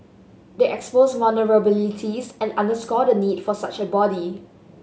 they exposed vulnerabilities and underscore the need for such a body